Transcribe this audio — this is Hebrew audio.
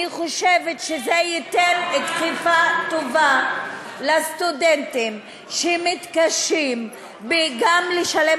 אני חושבת שזה ייתן דחיפה טובה לסטודנטים שמתקשים לשלם